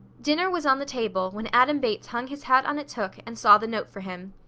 dinner was on the table when adam bates hung his hat on its hook and saw the note for him.